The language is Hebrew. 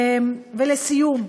ולסיום,